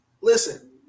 Listen